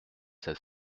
cette